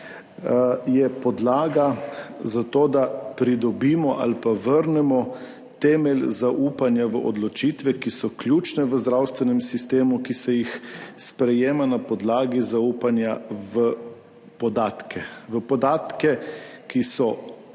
je podlaga za to, da pridobimo ali pa vrnemo temelj zaupanja v odločitve, ki so ključne v zdravstvenem sistemu, ki se jih sprejema na podlagi zaupanja v podatke. V